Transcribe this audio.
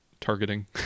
targeting